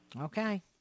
Okay